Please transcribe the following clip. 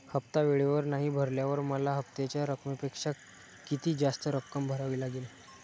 हफ्ता वेळेवर नाही भरल्यावर मला हप्त्याच्या रकमेपेक्षा किती जास्त रक्कम भरावी लागेल?